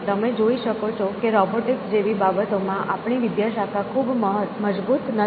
તમે જોઈ શકો છો કે રોબોટિક્સ જેવી બાબતોમાં આપણી વિદ્યાશાખા ખૂબ મજબૂત નથી